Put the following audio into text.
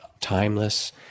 timeless